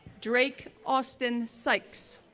drake austin sykes,